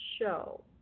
SHOW